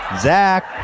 Zach